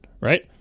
right